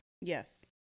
Yes